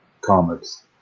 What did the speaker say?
comics